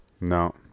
no